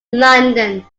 london